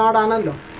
um momentum